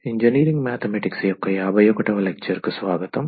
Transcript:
engineering mathematics యొక్క 51 వ lecture కు స్వాగతం